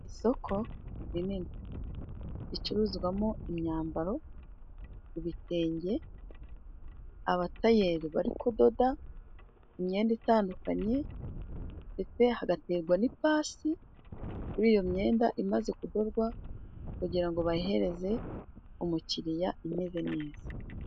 Isoko rinini ricuruzwamo imyambaro, ibitenge, abatayeri bari kudoda imyenda itandukanye, ndetse hagaterwa n'ipasi, kuri iyo myenda imaze kudorwa, kugira ngo bayihereze umukiriya imeze neza.